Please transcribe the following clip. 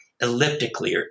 elliptically